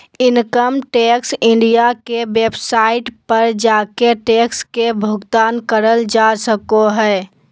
income tax India के website पर जाके टैक्स के भुगतान करल जा सको हय